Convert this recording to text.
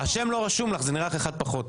השם לא רשום לך, זה נראה לך אחד פחות.